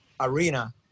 arena